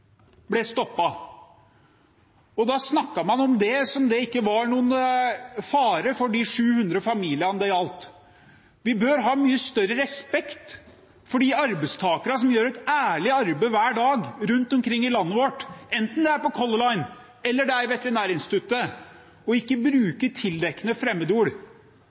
ble stoppet. Da snakket man om det som om det ikke var noen fare for de 700 familiene det gjaldt. Vi bør ha mye større respekt for de arbeidstakerne som gjør et ærlig arbeid hver dag rundt omkring i landet vårt, enten det er på Color Line, eller det er på Veterinærinstituttet – og ikke bruke tildekkende